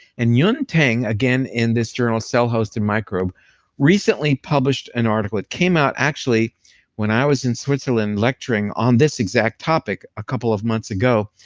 and yun teng again in this journal cell host and microbe recently published an article. it came out actually when i was in switzerland lecturing on this exact topic a couple of months ago,